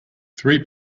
three